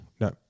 No